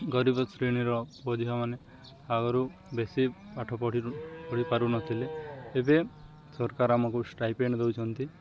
ଗରିବ ଶ୍ରେଣୀର ବୁଝିବା ମାନେ ଆଗୁରୁ ବେଶୀ ପାଠ ପଢ଼ି ପଢ଼ି ପାରୁନଥିଲେ ଏବେ ସରକାର ଆମକୁ ଷ୍ଟାଇପେଣ୍ଡ ଦଉଛନ୍ତି